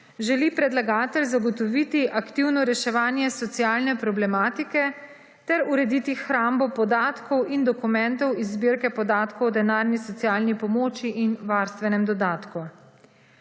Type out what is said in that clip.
želi predlagatelj zagotoviti aktivno reševanje socialne problematike ter urediti hrambo podatkov in dokumentov iz zbirke podatkov o denarni socialni pomoči in varstvenem dodatku.